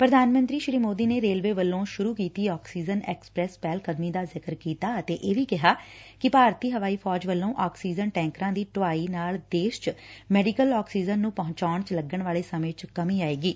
ਪ੍ਰਧਾਨ ਮੰਤਰੀ ਨੇ ਰੇਲਵੇ ਵਲੋਂ ਸ਼ੁਰੂ ਕੀਤੀ ਆਕਸੀਜਨ ਐਕਸਪ੍ਰੈਸ ਪਹਿਲ ਕਦਮੀ ਦਾ ਜ਼ਿਕਰ ਕੀਤਾ ਅਤੇ ਇਹ ਵੀ ਕਿਹਾ ਕਿ ਭਾਰਤੀ ਹਵਾਈ ਫੌਜ ਵੱਲੋ ਆਕਸੀਜਨ ਟੈਕਰਾ ਦੀ ਆਵਾਜਾਈ ਨਾਲ ਦੇਸ਼ ਵਿਚ ਮੈਡੀਕਲ ਆਕਸੀਜਨ ਨੁੰ ਪਹੁੰਚਾਣ ਚ ਲੱਗਣ ਵਾਲੇ ਸਮੇ ਵਿਚ ਕਮੀ ਆਏਗੀ